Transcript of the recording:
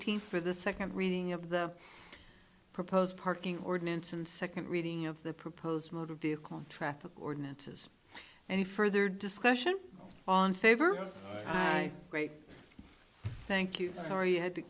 team for the second reading of the proposed parking ordinance and second reading of the proposed motor vehicle traffic ordinances any further discussion on favre right great thank you sorry you had to